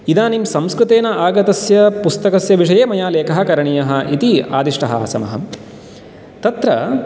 इदानीं संस्कृतेन आगतस्य पुस्तकस्य विषये मया लेखः करणीयः इति आदिष्टः आसमहं तत्र